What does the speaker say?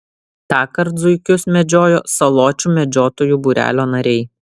tąkart zuikius medžiojo saločių medžiotojų būrelio nariai